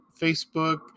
Facebook